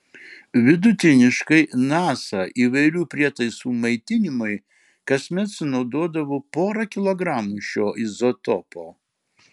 vidutiniškai nasa įvairių prietaisų maitinimui kasmet sunaudodavo porą kilogramų šio izotopo